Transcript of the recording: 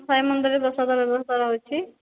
ସାଇ ମନ୍ଦିରରେ ପ୍ରସାଦ ବ୍ୟବସ୍ଥା ରହିଛି